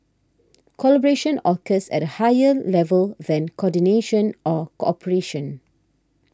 collaboration occurs at a higher level than coordination or cooperation